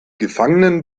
gefangenen